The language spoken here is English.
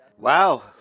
Wow